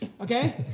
okay